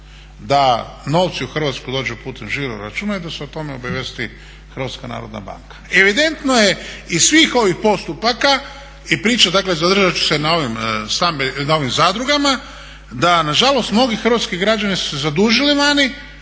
da novci u Hrvatsku dođu putem žiroračuna i da se o tome obavijesti HNB. Evidentno je iz svih ovih postupaka i priča, dakle zadržat ću se na ovim zadrugama, da nažalost mnogi hrvatski građani su se zadužili vani,